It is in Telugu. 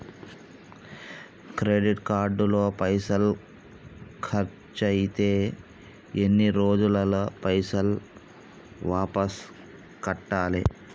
క్రెడిట్ కార్డు లో పైసల్ ఖర్చయితే ఎన్ని రోజులల్ల పైసల్ వాపస్ కట్టాలే?